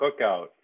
cookout